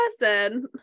person